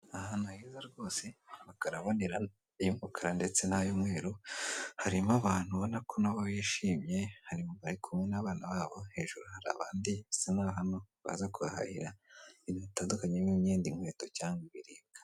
Ahantu heza rwose amakaro abonerana y'umukara ndetse nay'umweru harimo abantu ubona ko na bo bishimye barikumwe n'abana babo hejuru hari abandi bisa naho hano baza kuhahira ibintu bitandukanye nk'imyenda, inkweto cyangwa ibiribwa.